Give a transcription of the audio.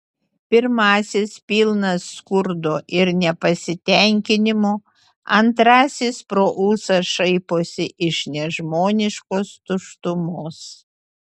pirmasis pilnas skurdo ir nepasitenkinimo antrasis pro ūsą šaiposi iš nežmoniškos tuštumos